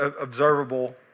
observable